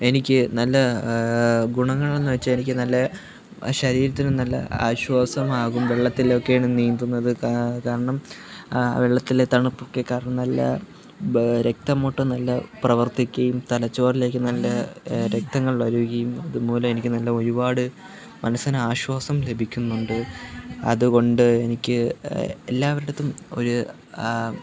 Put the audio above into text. എനിക്ക് നല്ല ഗുണങ്ങൾ എന്നു വെച്ചാൽ എനിക്ക് നല്ല ശരീരത്തിനു നല്ല ആശ്വാസമാകും വെള്ളത്തിലൊക്കെയാണ് നീന്തുന്നത് കാരണം ആ വെള്ളത്തിലെ തണുപ്പൊക്കെ കാരണം നല്ല രക്തം ഓട്ടം നല്ല പ്രവർത്തിക്കുകയും തലച്ചോറിലേക്ക് നല്ല രക്തങ്ങൾ വരുകയും അതുമൂലം എനിക്ക് നല്ല ഒരുപാട് മനസ്സിന് ആശ്വാസം ലഭിക്കുന്നുണ്ട് അതുകൊണ്ട് എനിക്ക് എല്ലാവരുടെ അടുത്തും ഒരു